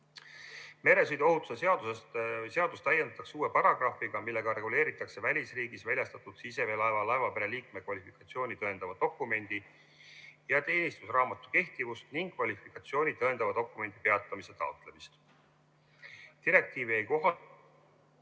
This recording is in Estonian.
regulatsioonile. Meresõiduohutuse seadust täiendatakse uue paragrahviga, millega reguleeritakse välisriigis väljastatud siseveelaeva laevapere liikme kvalifikatsiooni tõendava dokumendi ja teenistusraamatu kehtivust ning kvalifikatsiooni tõendava dokumendi peatamise taotlemist. Direktiivi ei kohaldata